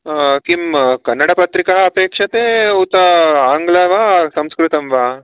किं कन्नडपत्रिका अपेक्षते उत आङ्गल वा संस्कृतं वा